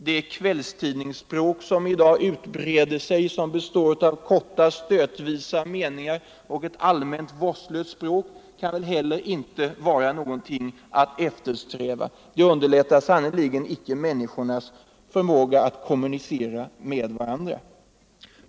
Det kvällstidningsspråk som i dag breder ut sig och som består av korta, stötvisa meningar och ett allmänt vårdslöst språk kan väl heller inte vara någonting att eftersträva. Det underlättar sannerligen icke människornas möjligheter att kommunicera med varandra.